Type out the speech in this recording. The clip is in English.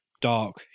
dark